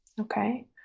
Okay